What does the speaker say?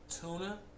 tuna